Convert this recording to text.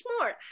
more